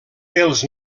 els